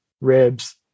ribs